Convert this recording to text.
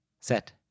set